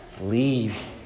leave